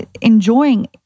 enjoying